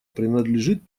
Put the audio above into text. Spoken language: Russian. принадлежит